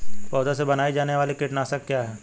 पौधों से बनाई जाने वाली कीटनाशक क्या है?